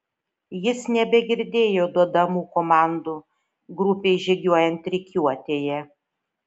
jis nebegirdėjo duodamų komandų grupei žygiuojant rikiuotėje